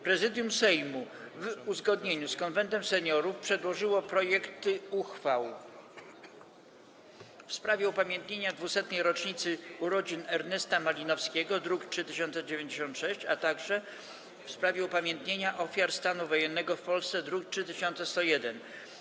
Prezydium Sejmu, w uzgodnieniu z Konwentem Seniorów, przedłożyło projekty uchwał: - w sprawie upamiętnienia 200. rocznicy urodzin Ernesta Malinowskiego, druk nr 3096, - w sprawie upamiętnienia ofiar stanu wojennego w Polsce, druk nr 3101.